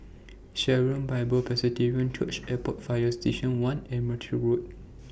Sharon Bible Presbyterian Church Airport Fire Station one and Merpati Road